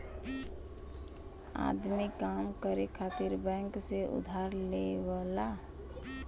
आदमी काम करे खातिर बैंक से उधार लेवला